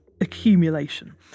accumulation